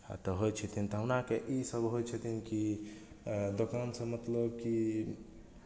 तऽ होइ छथिन तऽ हमरा आरकेँ इसभ होइ छथिन कि दोकानसँ मतलब कि